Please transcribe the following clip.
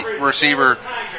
receiver